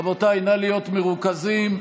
רבותיי, נא להיות מרוכזים.